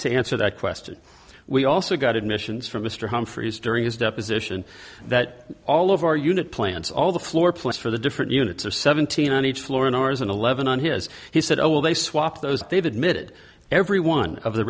to answer that question we also got admissions from mr humphries during his deposition that all of our unit plants all the floor plans for the different units or seventeen on each floor in ours and eleven on his he said oh well they swapped those david mid everyone of the